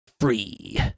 free